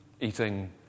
eating